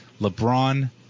LeBron